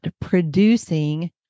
producing